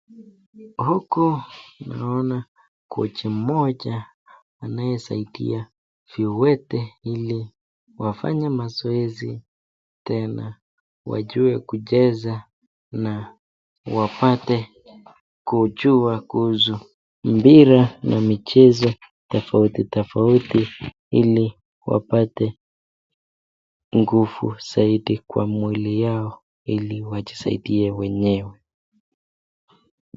Huku naona kochi moja anaye saidia viwete ili wafanye mazoezi tena wajue kucheza na wapate kujua kuhusu mpira na michezo tofauti tofauti Ili wapate nguvu zaidi kwa mwili yao Ili wajisaidie wenyewe.